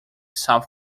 south